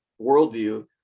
Worldview